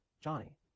Johnny